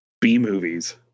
B-movies